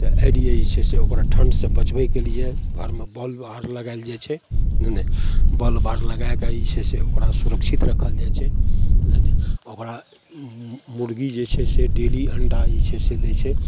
तऽ एहिलिए जे छै से ओकरा ठण्डसे बचबैके लिए घरमे बल्ब आओर लगाएल जाए छै नहि नहि बल्ब आओर लगैके जे छै से ओकरा सुरक्षित राखल जाए छै नहि नहि ओकरा ई मुरगी जे छै से डेली अण्डा जे छै से दै छै